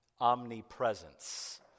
omnipresence